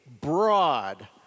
broad